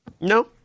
No